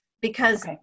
because-